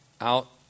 out